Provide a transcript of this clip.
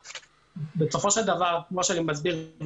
דבר, כמו שאני מסביר,